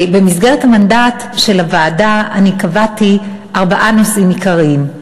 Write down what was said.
במסגרת המנדט של הוועדה אני קבעתי ארבעה נושאים עיקריים.